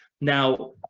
Now